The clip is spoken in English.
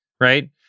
Right